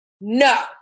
no